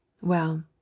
Well